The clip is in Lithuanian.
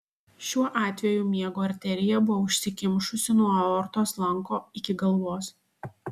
šiuo atveju miego arterija buvo užsikimšusi nuo aortos lanko iki galvos